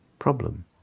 problem